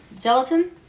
Gelatin